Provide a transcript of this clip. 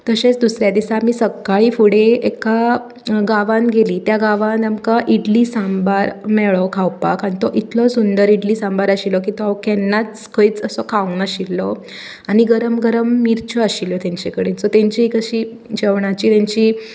तशेंच दुसरे दिसा आमी सक्काळी फुडें एका गांवांन गेलीं त्या गांवान आमकां इडली सांबार मेळो खावपाक आनी तो इतलो सुंदर इडली सांबार आशिल्लो की हांवें तो केन्नाच खंयच खांवक ना आशिल्लो आनी गरम गरम मिर्च्यो आशिल्ल्यो तेंचे कडेन सो तेंची अशी जेवणाची तेंची